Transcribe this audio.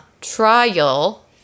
trial